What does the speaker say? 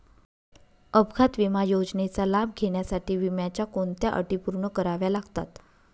अपघात विमा योजनेचा लाभ घेण्यासाठी विम्याच्या कोणत्या अटी पूर्ण कराव्या लागतात?